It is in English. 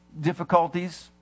difficulties